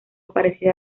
parecida